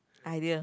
idea